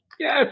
Yes